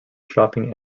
shopping